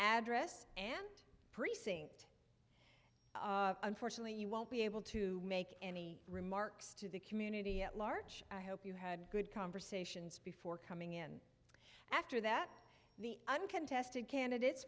address and precinct unfortunately you won't be able to make any remarks to the community at large i hope you had good conversations before coming in after that the uncontested candidates